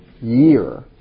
year